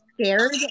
scared